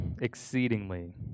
exceedingly